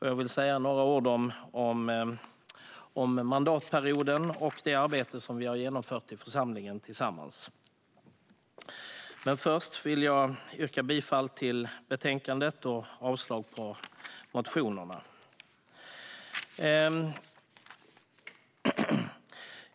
Jag vill säga några ord om mandatperioden och det arbete vi tillsammans har utfört i församlingen. Först vill jag dock yrka bifall till förslaget i betänkandet och avslag på motionerna.